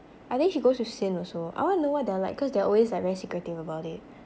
I mean she goes with cyn also I wanna know what they're like cause they're always like very secretive about it